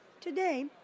Today